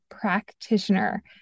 practitioner